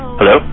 Hello